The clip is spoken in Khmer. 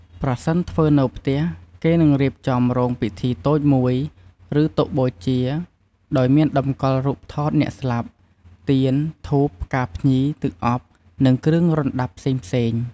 ប្រសិនធ្វើនៅផ្ទះ គេនឹងរៀបចំរោងពិធីតូចមួយ ឬតុបូជា ដោយមានតម្កល់រូបថតអ្នកស្លាប់ ទៀន ធូប ផ្កាភ្ញី ទឹកអប់ និងគ្រឿងរណ្ដាប់ផ្សេងៗ។